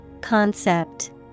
Concept